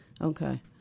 Okay